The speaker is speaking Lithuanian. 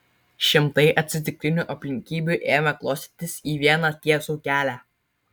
šimtai atsitiktinių aplinkybių ėmė klostytis į vieną tiesų kelią